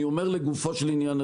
לגופו של עניין,